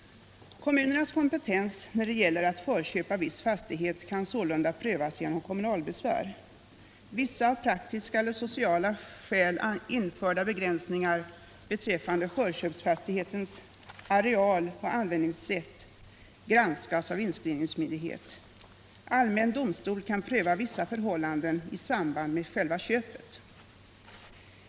Kommunernas kompetens när det gäller att förköpa viss fastighet kan sålunda prövas genom kommunal besvär. Vissa av praktiska och sociala skäl införda begränsningar beträffande förköpsfastighetens areal och användningssätt granskas av inskrivningsmyndighet. Allmän domstol kan pröva vissa förhållanden i samband med själva köpet.